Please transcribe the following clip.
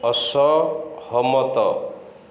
ଅସହମତ